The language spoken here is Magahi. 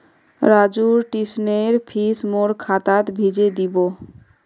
राजूर ट्यूशनेर फीस मोर खातात भेजे दीबो